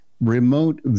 remote